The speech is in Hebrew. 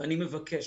ואני מבקש,